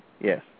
Yes